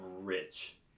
rich